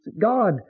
God